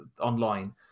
online